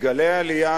לגלי העלייה